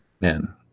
man